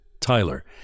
Tyler